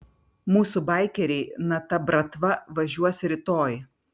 mūsų baikeriai na ta bratva važiuos rytoj